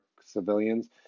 civilians